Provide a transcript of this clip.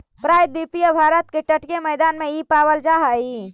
प्रायद्वीपीय भारत के तटीय मैदान में इ पावल जा हई